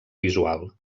visual